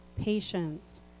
patience